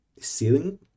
ceiling